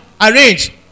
arrange